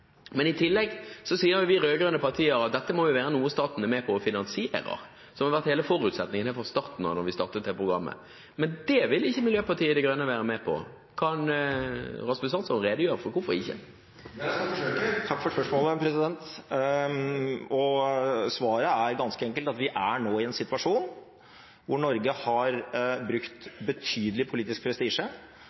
men det vil ikke Miljøpartiet De Grønne være med på. Kan Rasmus Hansson redegjøre for hvorfor? Jeg skal forsøke – takk for spørsmålet. Svaret er ganske enkelt at vi nå er i en situasjon hvor Norge har brukt betydelig politisk prestisje